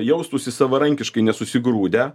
jaustųsi savarankiškai nesusigrūdę